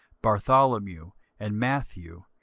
bartholomew, and matthew,